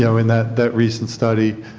so in that that recent study